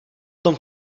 tom